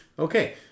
Okay